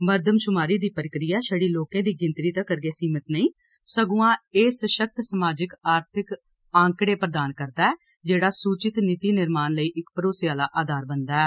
मरदमशुमारी दी प्रक्रिया छड़ी लोकें दी गिनतरी तगर गै सीमित नेई सगुआं एह सशक्त समाजक आर्थिक आंकड़े प्रदान करदा ऐ जेड़ा सूचित नीति निर्माण लेई इक भरोसे आहला आधार बनदा ऐ